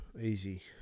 easy